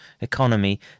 economy